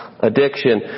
Addiction